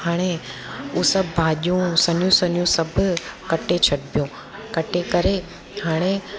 हाणे हू सभु भाॼियूं सन्हियूं सन्हियूं सभु कटे छॾिबो कटे करे हाणे